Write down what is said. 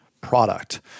product